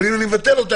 אבל אם אני מבטל אותה,